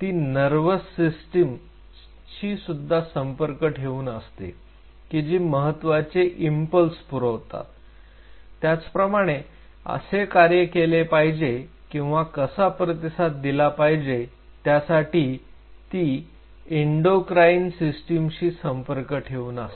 ती nervous system ची सुद्धा संपर्क ठेवून असते की जी महत्त्वाचे इंपल्स पुरवतात त्याचप्रमाणे कसे कार्य केले पाहिजे किंवा कसा प्रतिसाद दिला पाहिजे त्यासाठी ती एंडोक्राइन सिस्टमशी संपर्क ठेवून असते